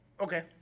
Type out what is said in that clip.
Okay